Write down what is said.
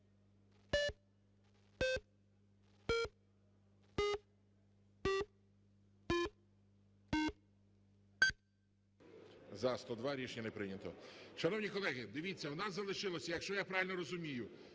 За-102 Рішення не прийнято. Шановні колеги, дивіться, у нас залишилося, якщо я правильно розумію,